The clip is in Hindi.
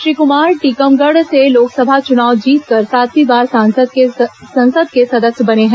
श्री क्मार टीकमगढ़ से लोकसभा चुनाव जीतकर सातवीं बार संसद के सदस्य बने हैं